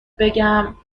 بگم